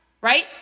right